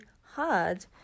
hard